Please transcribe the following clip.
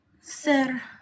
sir